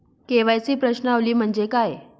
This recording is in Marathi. के.वाय.सी प्रश्नावली म्हणजे काय?